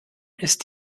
ist